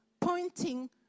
pointing